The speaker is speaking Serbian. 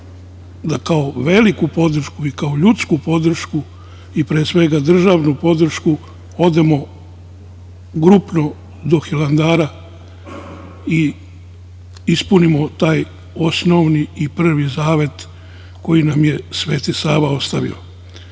da, kao veliku podršku i, kao ljudsku podršku i pre svega državnu podršku odemo grupno do Hilandara i ispunimo taj osnovni i prvi zavet, koji nam je Sveti Sava